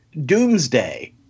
doomsday